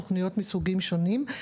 תוכניות מסוגים שונים.